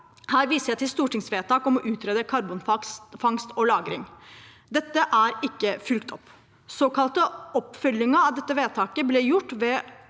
Her viser jeg til stortingsvedtaket om å utrede karbonfangst og -lagring. Det er ikke fulgt opp. Den såkalte oppfølgingen av dette vedtaket ble gjort ved